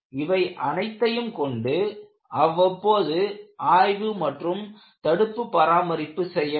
இவை அனைத்தையும் கொண்டு அவ்வப்போது ஆய்வு மற்றும் தடுப்பு பராமரிப்பு செய்ய வேண்டும்